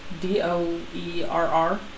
D-O-E-R-R